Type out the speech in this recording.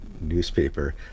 newspaper